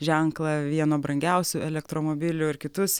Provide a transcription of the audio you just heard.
ženklą vieno brangiausių elektromobilių ir kitus